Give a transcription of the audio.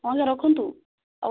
ହଁ ଆଜ୍ଞା ରଖନ୍ତୁ ଆଉ